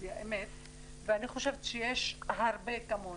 טלוויזיה ואני חושבת שיש הרבה כמוני,